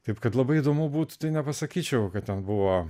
taip kad labai įdomu būtų tai nepasakyčiau kad ten buvo